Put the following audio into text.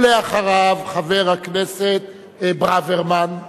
אחריו, חבר הכנסת ברוורמן.